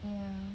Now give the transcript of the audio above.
ya